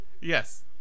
Yes